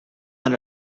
naar